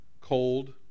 cold